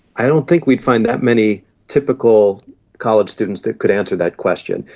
i don't think we'd find that many typical college students that could answer that question,